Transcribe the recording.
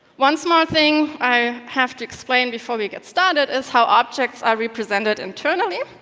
one small thing i have to explain before we get started is how objects are represented internally.